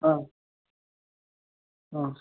ಹಾಂ ಹಾಂ ಸರ್